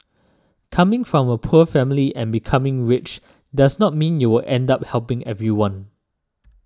coming from a poor family and becoming rich doesn't mean you will end up helping everyone